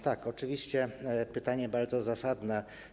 Tak, oczywiście pytanie jest bardzo zasadne.